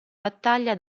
battaglia